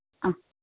ആ